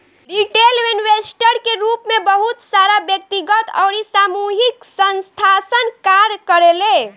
retail investor के रूप में बहुत सारा व्यक्तिगत अउरी सामूहिक संस्थासन कार्य करेले